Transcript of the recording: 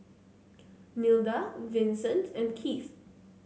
Nilda Vicente and Keith